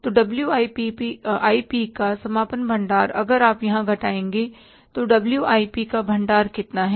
तो WIP का समापन भंडार अगर आप यहाँ घटाएंगे तो WIP का भंडार कितना है